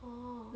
orh